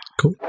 cool